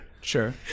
Sure